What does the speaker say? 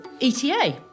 ETA